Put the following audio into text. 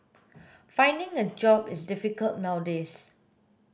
finding a job is difficult nowadays